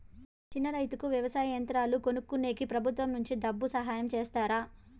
చిన్న రైతుకు వ్యవసాయ యంత్రాలు కొనుక్కునేకి ప్రభుత్వం నుంచి డబ్బు సహాయం చేస్తారా?